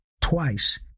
twice